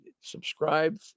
subscribe